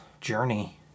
journey